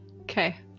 Okay